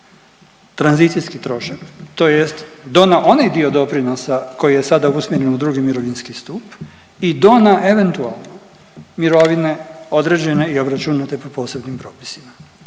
tranzicijski trošak tj. do na onaj dio doprinosa koji je sada usmjeren u drugi mirovinski stup i do na eventualno mirovine određene i obračunate po posebnim propisima.